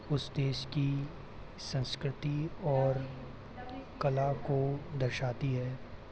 उस देश की संस्कृति और कला को दर्शाती है